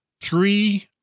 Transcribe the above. three